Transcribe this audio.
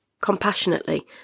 compassionately